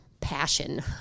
passion